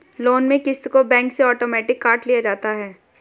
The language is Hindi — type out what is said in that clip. लोन में क़िस्त को बैंक से आटोमेटिक काट लिया जाता है